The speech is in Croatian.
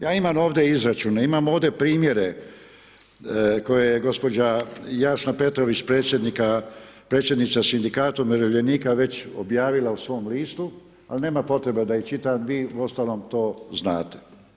Ja imam ovdje izračune, imam ovdje primjedbe koje je gđa. Jasna Petrović, predsjednica Sindikata umirovljenika, već objavila u svom listu, ali nema potrebe da ih čitam, vi uostalom to znate.